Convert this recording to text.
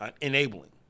enabling